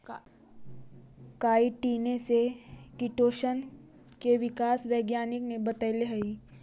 काईटिने से किटोशन के विकास वैज्ञानिक ने बतैले हई